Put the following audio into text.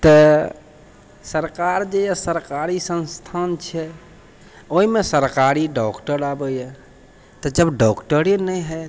तऽ सरकारजे अइ सरकारी संस्थान छै ओहिमे सरकारी डॉक्टर आबैए तऽ जब डॉक्टरे नहि हैत